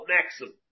Maxim